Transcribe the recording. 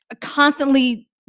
constantly